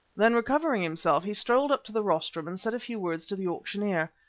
then, recovering himself, he strolled up to the rostrum and said a few words to the auctioneer.